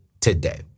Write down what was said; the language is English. today